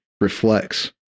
reflects